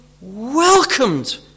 Welcomed